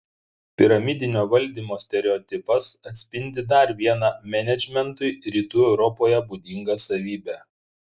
piramidinio valdymo stereotipas atspindi dar vieną menedžmentui rytų europoje būdingą savybę